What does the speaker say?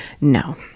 no